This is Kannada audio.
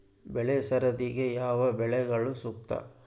ಬೆಳೆ ಸರದಿಗೆ ಯಾವ ಬೆಳೆಗಳು ಸೂಕ್ತ?